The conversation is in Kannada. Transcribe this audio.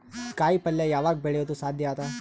ಕಾಯಿಪಲ್ಯ ಯಾವಗ್ ಬೆಳಿಯೋದು ಸಾಧ್ಯ ಅದ?